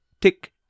tick